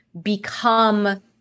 become